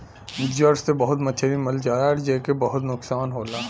ज्वर से बहुत मछरी मर जाला जेसे बहुत नुकसान होला